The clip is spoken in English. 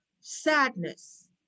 sadness